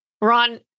Ron